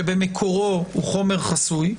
שבמקורו הוא חומר חסוי,